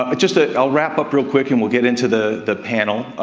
ah but just a i'll wrap up real quick and we'll get into the the panel,